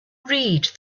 read